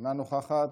אינה נוכחת.